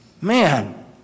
Man